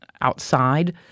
outside